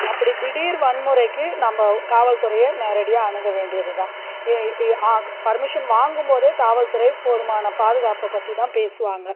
அப்படி திடீர் வன்முறைக்கு நம்ம காவல்துறையை நேரடியாக அணுக வேண்டியது தான் பர்மிஷன் வாங்கும் போதே காவல்துறை போதுமான பாதுகாப்பை பற்றி தான் பேசுவாங்க